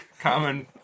Common